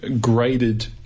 graded